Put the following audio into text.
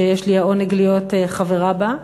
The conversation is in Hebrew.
שיש לי העונג להיות חברה בה,